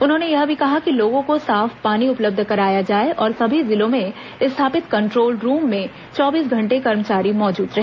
उन्होंने यह भी कहा कि लोगों को साफ पानी उपलब्ध कराया जाए और सभी जिलों में स्थापित कंट्रोल रूम में चौबीस घंटे कर्मचारी मौजूद रहे